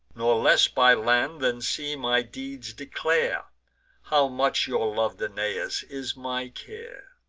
nor less by land than sea my deeds declare how much your lov'd aeneas is my care.